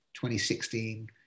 2016